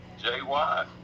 JY